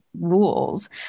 rules